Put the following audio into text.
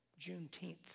Juneteenth